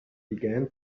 began